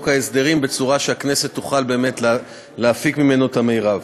ההסדרים בצורה שהכנסת תוכל באמת להפיק ממנו את המרב.